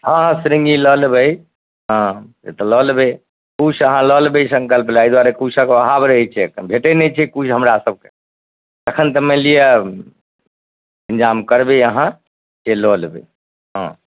हँ हँ शृँगी लऽ लेबै हँ से तऽ लऽ लेबै कुश अहाँ लऽ लेबै सँकल्प लऽ एहि दुआरे कुशके अभाव रहै छै एखन भेटै नहि छै कुश हमरा सभके तखन तऽ मानि लिअऽ इन्तजाम करबै अहाँ से लऽ लेबै हँ